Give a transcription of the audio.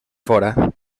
fora